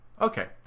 Okay